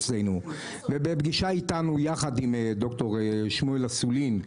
ובפגישה איתנו יחד עם ד"ר שמואל אסולין,